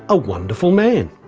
a wonderful man.